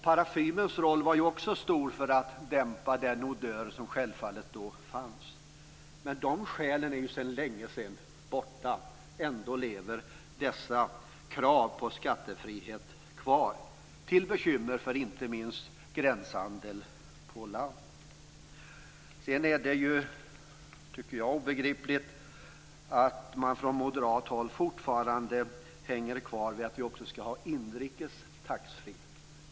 Parfymens roll var också stor, för att dämpa odörer som självfallet fanns då. De skälen är sedan länge borta, men ändå lever dessa krav på skattefrihet kvar, till bekymmer för inte minst gränshandel på land. Det är obegripligt att man från moderat håll fortfarande hänger kvar vid att vi också skall ha inrikes taxfree.